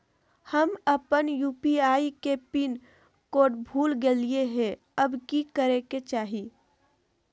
हम अपन यू.पी.आई के पिन कोड भूल गेलिये हई, अब की करे के चाही?